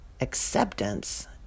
acceptance